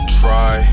try